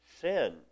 sin